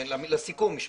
כן, לסיכום משפט.